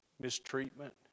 mistreatment